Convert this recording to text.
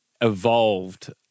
evolved